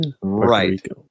Right